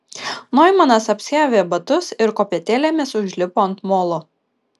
noimanas apsiavė batus ir kopėtėlėmis užlipo ant molo